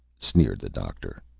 sneered the doctor.